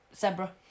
Zebra